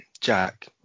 Jack